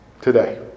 today